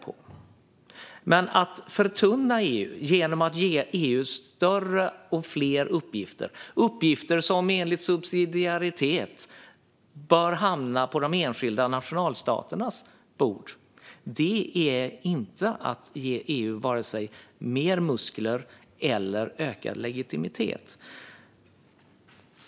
Men här handlar det om att förtunna EU genom att ge EU större och fler uppgifter. Det är uppgifter som enligt subsidiaritet bör hamna på de enskilda nationalstaternas bord. Det är inte att ge EU vare sig mer muskler eller ökad legitimitet.